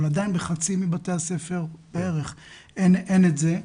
אבל עדיין בחצי מבתי הספר אין את זה.